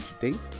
today